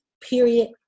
period